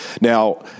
Now